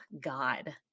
God